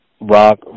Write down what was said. Rock